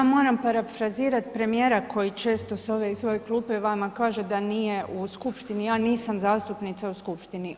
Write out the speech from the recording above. Ja moram parafrizirat premijera koji često s ove svoje klupe vama kaže da nije u skupštini, ja nisam zastupnica u skupštini.